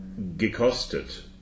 Gekostet